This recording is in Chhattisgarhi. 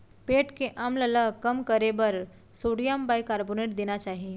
पेट के अम्ल ल कम करे बर सोडियम बाइकारबोनेट देना चाही